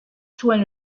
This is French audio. soin